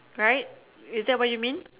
right is that what you mean